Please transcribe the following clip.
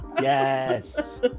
Yes